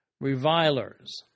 Revilers